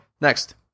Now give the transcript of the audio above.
Next